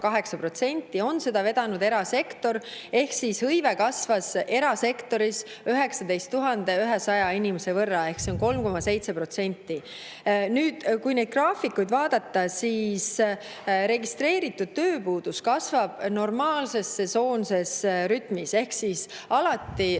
on seda vedanud erasektor. Seega, hõive kasvas erasektoris 19 100 inimese võrra ehk 3,7%. Nüüd, kui neid graafikuid vaadata, siis näeme, et registreeritud tööpuudus kasvab normaalses sesoonses rütmis. Sügisel alati